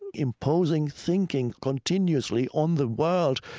imposing thinking continuously on the world,